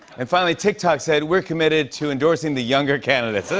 and finally, tiktok said, we're committed to endorsing the younger candidate. so